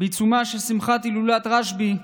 בעיצומה של שמחת הילולת רשב"י,